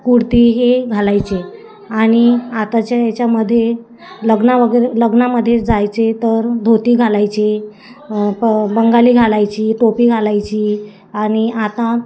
कुडती हे घालायचे आणि आताच्या याच्यामध्ये लग्न वगैरे लग्नामध्ये जायचे तर धोती घालायचे प बंगाली घालायची टोपी घालायची आणि आता